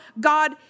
God